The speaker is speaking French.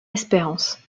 espérance